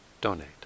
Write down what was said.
donate